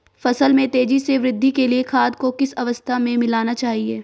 फसल में तेज़ी से वृद्धि के लिए खाद को किस अवस्था में मिलाना चाहिए?